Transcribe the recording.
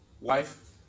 wife